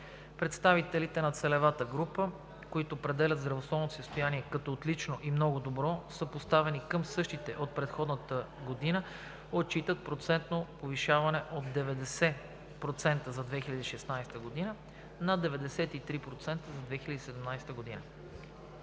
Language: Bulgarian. Представителите на целевата група, които определят здравословното си състояние като отлично и много добро, съпоставени към същите от предходната година, отчитат процентно повишаване от 90% за 2016 г. на 93% за 2017 г.